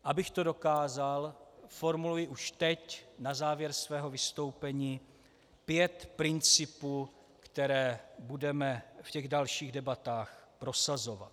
Abych to dokázal, formuluji už teď na závěr svého vystoupení pět principů, které budeme v těch dalších debatách prosazovat.